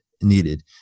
needed